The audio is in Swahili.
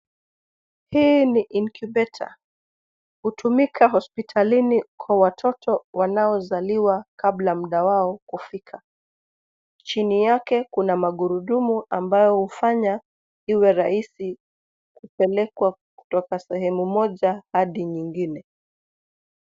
Hii ni incubator . Hutumika hospitalini kwa watoto wanaozaliwa kabla muda wao kufika. Chini yake kuna magurudumu ambayo hufanya iwe rahisi kupelekwa kutoka sehemu moja hadi nyingine.